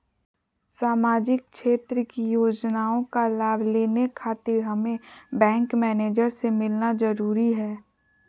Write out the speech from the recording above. सामाजिक क्षेत्र की योजनाओं का लाभ लेने खातिर हमें बैंक मैनेजर से मिलना जरूरी है?